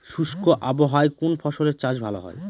শুষ্ক আবহাওয়ায় কোন ফসলের চাষ ভালো হয়?